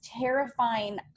terrifying